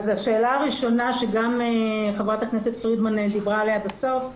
אז השאלה הראשונה שגם חברת הכנסת פרידמן דיברה עליה בסוף,